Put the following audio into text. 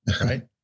Right